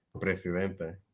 Presidente